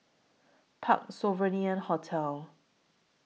Parc Sovereign Hotel